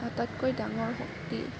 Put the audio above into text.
আটাইতকৈ ডাঙৰ শক্তি